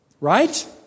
Right